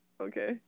okay